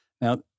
now